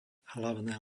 hlavné